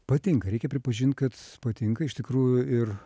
patinka reikia pripažint kad patinka iš tikrųjų ir